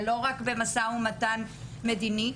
ולא רק במשא ומתן מדיני,